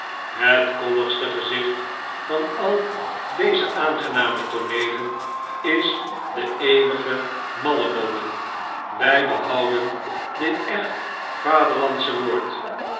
noemen hetkoddigste gezicht van al deze aangename tooneelen is de eeuwige mallemolen wy behouden dit echt vaderlandsche woord